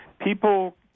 people